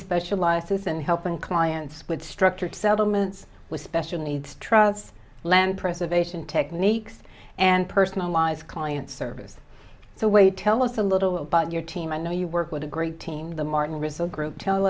specializes in helping clients with structured settlements with special needs trusts land preservation techniques and personalized client service so wait tell us a little about your team i know you work with a great team the martin result group tell